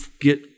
get